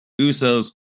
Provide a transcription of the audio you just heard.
Usos